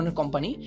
company